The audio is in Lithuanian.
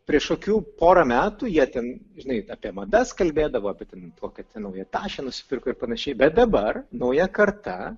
prieš kokių porą metų jie ten žinai apie madas kalbėdavo apie ten tuo kad ten naują tašę nusipirko ir panašiai bet dabar nauja karta